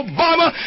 Obama